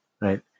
right